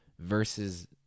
Versus